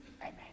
Amen